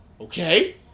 okay